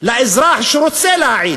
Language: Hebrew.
לאזרח שרוצה להעיד.